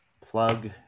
plug